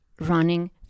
running